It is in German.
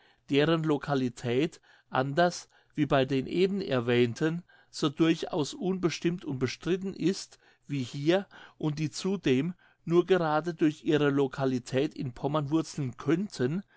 deren localität anders wie bei den eben erwähnten so durchaus unbestimmt und bestritten ist wie hier und die zudem nur gerade durch ihre localität in pommern wurzeln könnten